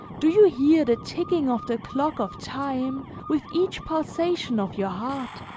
do you hear the ticking of the clock of time with each pulsation of your heart?